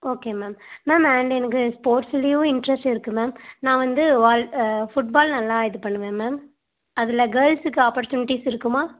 okay ma'am ma'am and எனக்கு ஸ்போர்ட்ஸ்லேயும் interest இருக்குது மேம் நான் வந்து வால் ஃபுட் பால் நல்லா இது பண்ணுவேன் மேம் அதில் கேர்ள்ஸுக்கு ஆப்பர்ச்சுனிட்டீஸ் இருக்குமா